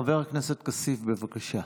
חבר הכנסת כסיף, בבקשה.